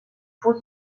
faux